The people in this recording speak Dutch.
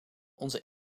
onze